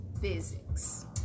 physics